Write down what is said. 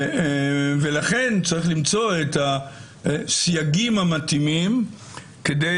ולכן צריך למצוא את הסייגים המתאימים כדי